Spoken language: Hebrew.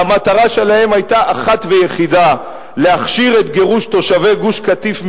שהמטרה שלהם היתה אחת ויחידה: להכשיר את גירוש תושבי גוש-קטיף מבתיהם,